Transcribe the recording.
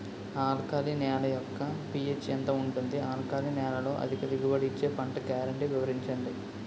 Alkali నేల యెక్క pH ఎంత ఉంటుంది? ఆల్కలి నేలలో అధిక దిగుబడి ఇచ్చే పంట గ్యారంటీ వివరించండి?